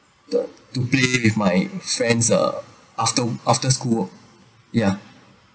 to play if my friends uh after after school work ya